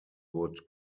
would